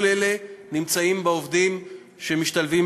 כל אלה נמצאים בעובדים שמשתלבים.